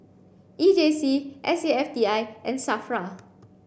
E J C S A F T I and SAFRA